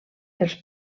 els